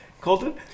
Colton